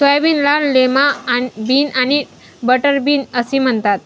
सोयाबीनला lima bean आणि butter bean असेही म्हणतात